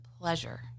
pleasure